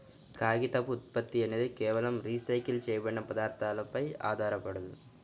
కాగితపు ఉత్పత్తి అనేది కేవలం రీసైకిల్ చేయబడిన పదార్థాలపై ఆధారపడదు